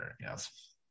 yes